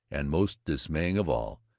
and, most dismaying of all,